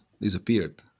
disappeared